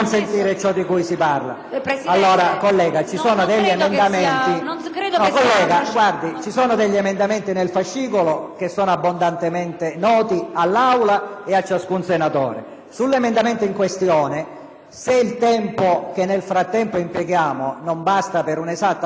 ci sono degli emendamenti abbondantemente noti all'Aula e a ciascun senatore. Sull'emendamento in questione, se il tempo che nel frattempo impiegheremo non basterà per un'esatta comprensione, valuteremo l'ipotesi di aggiungere altri 15 minuti.